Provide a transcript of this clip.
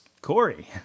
Corey